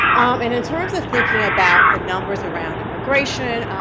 and in terms of thinking about the numbers around immigration,